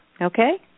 Okay